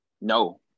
no